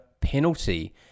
penalty